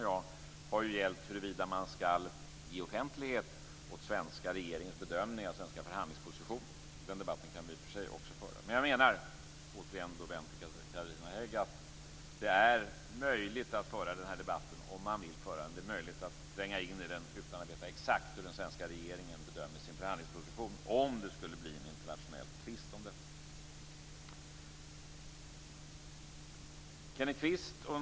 Det har gällt huruvida man skall ge offentlighet åt den svenska regeringens bedömning och den svenska förhandlingspositionen. Den debatten kan vi i och för sig föra, men det - och då vänder jag mig återigen till Carina Hägg - är möjligt att föra den här debatten om man vill föra den. Det är möjligt att tränga in i frågan utan att man vet exakt hur den svenska regeringens bedömer sin förhandlingsposition, om det skulle bli en internationell tvist om detta.